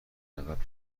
عقب